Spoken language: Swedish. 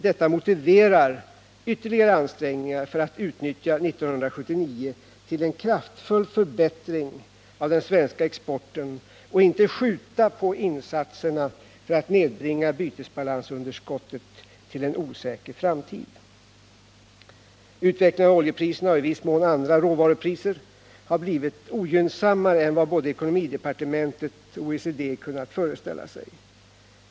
Detta motiverar ytterligare ansträngningar för att utnyttja 1979 till en kraftfull förbättring av den svenska exporten och inte skjuta på insatserna för att nedbringa bytesbalansunderskottet till en osäker framtid. Utvecklingen av oljepriserna — och i viss mån även av andra råvarupriser — har blivit ogynnsammare än vad både ekonomidepartementet och OECD kunnat föreställa sig.